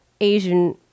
asian